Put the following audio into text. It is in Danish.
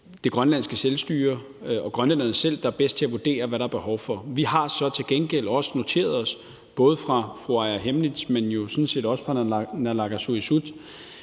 det grønlandske selvstyre og grønlænderne selv, der er bedst til at vurdere, hvad der er behov for. Vi har så til gengæld også noteret os, at der både fra fru Aaja Chemnitz' side, men jo sådan set også fra naalakkersuisuts